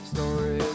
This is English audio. Story